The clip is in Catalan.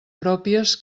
pròpies